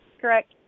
correct